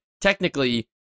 technically